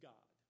God